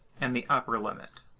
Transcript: and the upper limit.